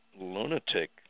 lunatic